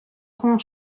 rend